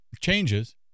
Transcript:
changes